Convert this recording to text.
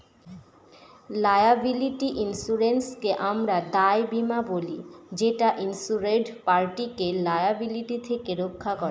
liability ইন্সুরেন্সকে আমরা দায় বীমা বলি যেটা ইন্সুরেড পার্টিকে লায়াবিলিটি থেকে রক্ষা করে